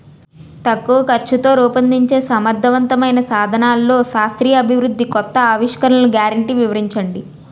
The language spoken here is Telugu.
తక్కువ ఖర్చుతో రూపొందించే సమర్థవంతమైన సాధనాల్లో శాస్త్రీయ అభివృద్ధి కొత్త ఆవిష్కరణలు గ్యారంటీ వివరించండి?